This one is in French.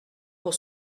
pour